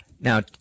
Now